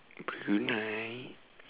brunei